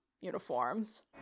uniforms